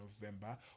November